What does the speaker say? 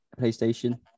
PlayStation